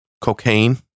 cocaine